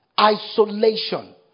isolation